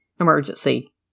emergency